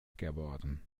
geworden